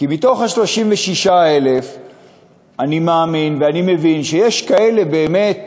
כי מתוך ה-36,000 אני מאמין ואני מבין שיש כאלה שהם באמת